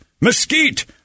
mesquite